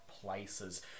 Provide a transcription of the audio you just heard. places